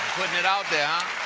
putting it out there,